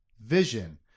vision